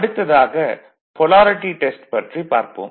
அடுத்ததாக polarity test பற்றி பார்ப்போம்